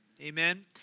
Amen